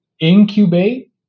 incubate